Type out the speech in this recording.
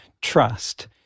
trust